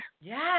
Yes